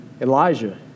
Elijah